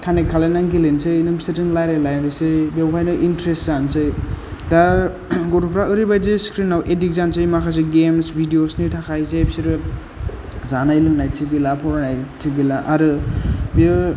connect खालायनानै गेलेनोसै नों बिसोरजों रायलायलायनोसै बेयावहायनो इनट्रेस्ट जानोसै दा गथ'फोरा ओरैबायदि स्क्रिनाव एडिक्ट जानोसै माखासे गेम्स भिडिय'सनि थाखाय जे बिसोरो जानाय लोंनाय थिग गैला फरायनाय थिग गैला आरो बियो